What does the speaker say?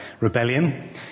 rebellion